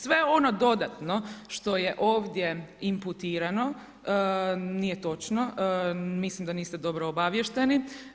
Sve ono dodatno što je ovdje imputirano nije točno, mislim da niste dobro obavješteni.